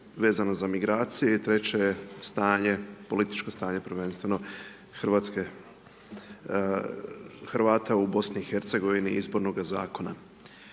vezana za migracije i treća je stanje, političko stanje prvenstveno RH, Hrvata u BiH, izbornoga zakona.